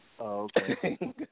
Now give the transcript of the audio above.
Okay